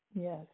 Yes